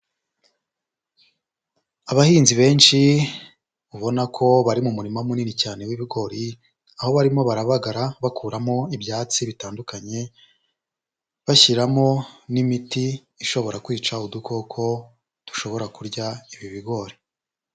Abahinzi benshi ubona ko bari mu murima munini cyane w'ibigori, aho barimo barabagara bakuramo ibyatsi bitandukanye, bashyiramo n'imiti ishobora kwica udukoko dushobora kurya ibi bigori.